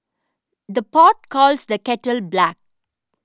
the pot calls the kettle black